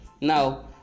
now